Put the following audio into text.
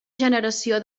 generació